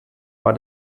war